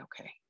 okay